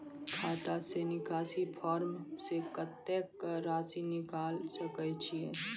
खाता से निकासी फॉर्म से कत्तेक रासि निकाल सकै छिये?